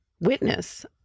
witness